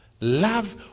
Love